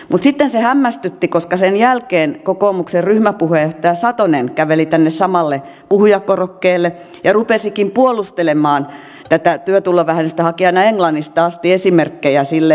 mutta sitten se hämmästytti koska sen jälkeen kokoomuksen ryhmäpuheenjohtaja satonen käveli tälle samalle puhujakorokkeelle ja rupesikin puolustelemaan tätä työtulovähennystä haki aina englannista asti esimerkkejä sille